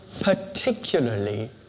particularly